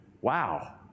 Wow